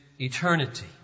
eternity